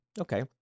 Okay